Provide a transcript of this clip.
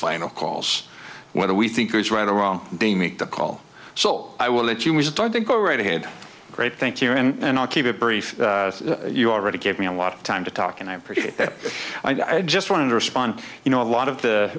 final calls whether we think it's right or wrong they make the call so i will let you we start to go right ahead great thank you and i'll keep it brief you already gave me a lot of time to talk and i appreciate that i just wanted to respond you know a lot of the